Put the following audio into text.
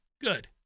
good